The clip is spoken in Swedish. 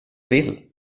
vill